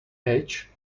edge